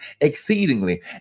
exceedingly